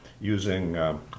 using